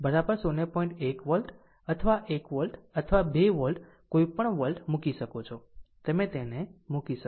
1 volt અથવા 1 volt અથવા 2 volt કોઈપણ વોલ્ટ મૂકી શકો છો તમે તેને મુકી શકો છો